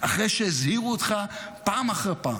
אחרי שהזהירו אותך פעם אחר פעם,